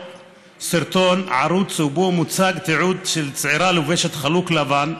סרטון ערוך ובו מוצג תיעוד של צעירה לובשת חלוק לבן,